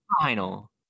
Final